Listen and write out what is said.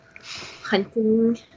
hunting